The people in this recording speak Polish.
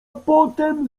potem